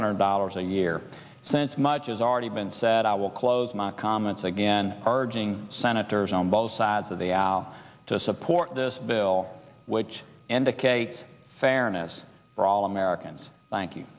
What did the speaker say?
hundred dollars a year since much is already been said i will close my comments again urging senators on both sides of the aisle to support this bill which indicates fairness for all americans thank